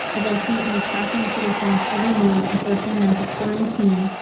as i see in the tracking citizens, every move in forcing them to quarantine.